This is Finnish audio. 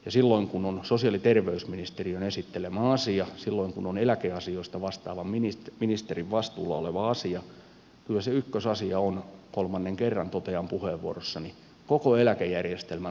ja silloin kun on sosiaali ja terveysministeriön esittelemä asia silloin kun on eläkeasioista vastaavan ministerin vastuulla oleva asia kyllä se ykkösasia on kolmannen kerran totean puheenvuorossani koko eläkejärjestelmän uskottavuus ja luotettavuus